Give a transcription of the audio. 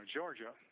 Georgia